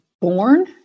born